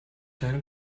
deine